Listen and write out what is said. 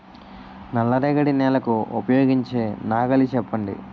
నల్ల రేగడి నెలకు ఉపయోగించే నాగలి చెప్పండి?